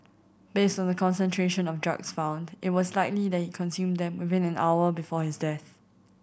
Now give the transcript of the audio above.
based on the concentration of drugs found it was likely that he consumed them within an hour before his death